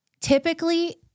typically